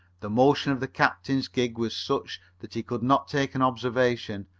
the motion of the captain's gig was such that he could not take an observation,